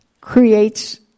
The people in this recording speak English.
creates